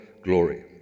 glory